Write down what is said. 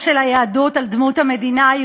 אפשרית להביא למינוי דיינים ולשפר את המערכת.